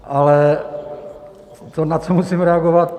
Ale to, na co musím reagovat.